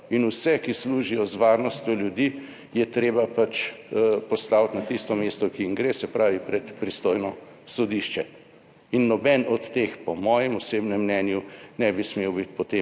in vse, ki služijo z varnostjo ljudi je treba postaviti na tisto mesto, ki jim gre, se pravi pred pristojno sodišče. In noben od teh po mojem osebnem mnenju ne bi smel biti potem